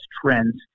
trends